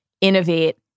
innovate